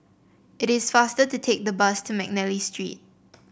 it is faster to take the bus to McNally Street